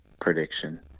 prediction